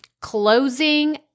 closing